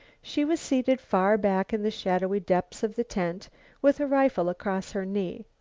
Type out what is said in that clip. she was seated far back in the shadowy depths of the tent with a rifle across her knee.